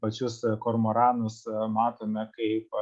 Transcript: pačius kormoranus matome kaip